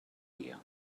dia